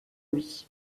lui